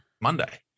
Monday